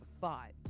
five